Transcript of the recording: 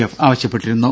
F ആവശ്യപ്പെട്ടിരുന്നു